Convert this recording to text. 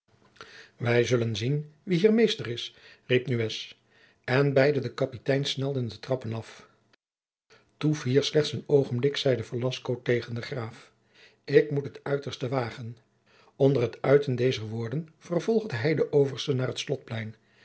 wij zullen zien wie hier meester is riep nunez en beide de kapiteins snelden de trappen af toef hier slechts een oogenblik zeide velasco tegen den graaf ik moet het uiterste jacob van lennep de pleegzoon wagen onder het uiten dezer woorden volgde hij de oversten naar het